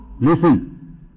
listen